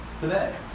today